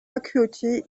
acuity